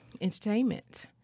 entertainment